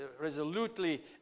resolutely